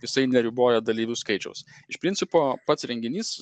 jisai neribojo dalyvių skaičiaus iš principo pats renginys